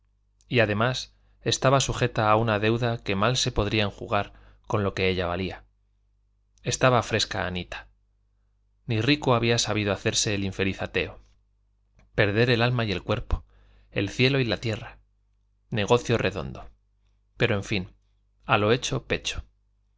y además estaba sujeta a una deuda que mal se podría enjugar con lo que ella valía estaba fresca anita ni rico había sabido hacerse el infeliz ateo perder el alma y el cuerpo el cielo y la tierra negocio redondo pero en fin a lo hecho pecho